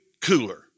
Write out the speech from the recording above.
cooler